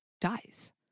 dies